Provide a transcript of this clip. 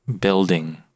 building